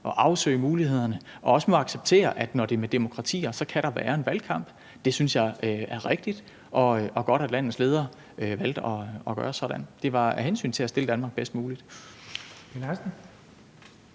at afsøge mulighederne og også må acceptere, at når det er med demokratier, så kan der være en valgkamp, er rigtigt og godt. Jeg synes, det er rigtigt og godt, at landets leder valgte at gøre sådan. Det var af hensyn til at stille Danmark bedst muligt.